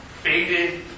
faded